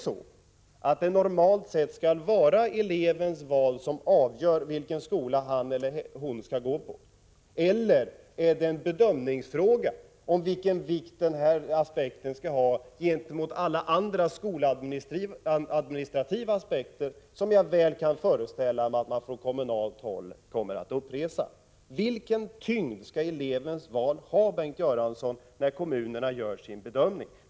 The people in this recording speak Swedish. Skall det normalt sett vara elevens val som avgör vilken skola han eller hon skall gå på, eller är det en bedömningsfråga vilken vikt denna aspekt skall ha gentemot alla andra skoladministrativa aspekter som jag mycket väl kan föreställa mig att man från kommunalt håll kommer att anföra? Vilken tyngd skall elevens val ha, Bengt Göransson, när kommunerna gör sin bedömning?